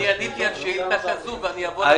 אני עניתי על שאילתה כזאת ואני אבוא לוועדה.